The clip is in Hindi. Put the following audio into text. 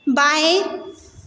बाएँ